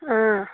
ꯑꯥ